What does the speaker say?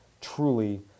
truly